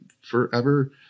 forever